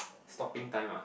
stopping time ah